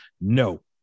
No